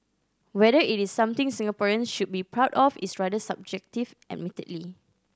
whether it is something Singaporeans should be proud of is rather subjective admittedly